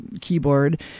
keyboard